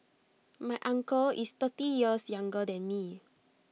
my uncle is thirty years younger than me